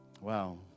Wow